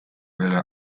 välja